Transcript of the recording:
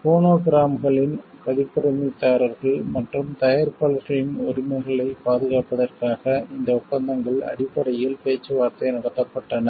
ஃபோனோகிராம்களின் பதிப்புரிமைதாரர்கள் மற்றும் தயாரிப்பாளர்களின் உரிமைகளைப் பாதுகாப்பதற்காக இந்த ஒப்பந்தங்கள் அடிப்படையில் பேச்சுவார்த்தை நடத்தப்பட்டன